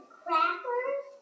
crackers